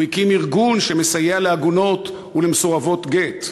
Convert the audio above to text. הוא הקים ארגון שמסייע לעגונות ולמסורבות גט,